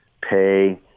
pay